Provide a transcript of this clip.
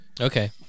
Okay